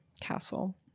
Castle